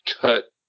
cut